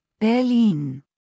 Berlin